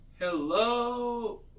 Hello